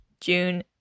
june